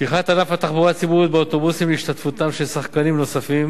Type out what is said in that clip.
פתיחת ענף התחבורה הציבורית באוטובוסים להשתתפותם של שחקנים נוספים